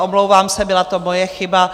Omlouvám se, byla to moje chyba.